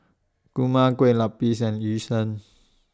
Kurma Kueh Lapis and Yu Sheng